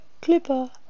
Clipper